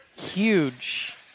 huge